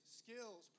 skills